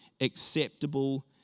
acceptable